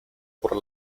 por